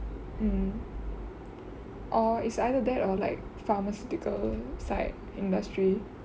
mm or it's either that or like pharmaceutical side industry